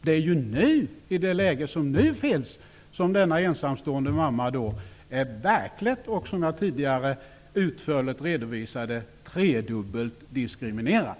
Det är ju i det läge som nu råder som denna ensamstående mamma -- vilket jag tidigare utförligt redovisade -- blir tredubbelt diskriminerad!